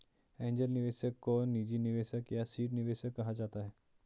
angel निवेशक को निजी निवेशक या सीड निवेशक कहा जाता है